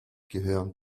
gehören